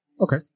Okay